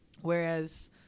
whereas